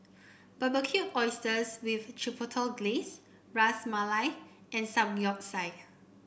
Barbecued Oysters with Chipotle Glaze Ras Malai and Samgyeopsal